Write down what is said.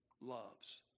loves